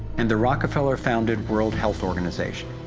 and the rockefeller-founded world health organization.